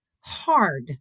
hard